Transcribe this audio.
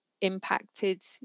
impacted